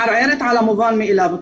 מערערת על המובן מאליו ,